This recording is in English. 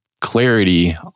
clarity